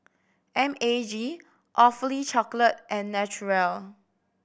M A G Awfully Chocolate and Naturel